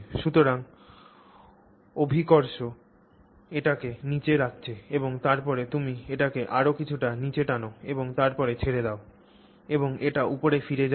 সুতরাং অভিকর্ষ এটিকে নীচে রাখছে এবং তারপরে তুমি এটিকে আরও কিছুটা নীচে টান এবং তারপরে ছেড়ে দাও এবং এটি উপরে ফিরে যায়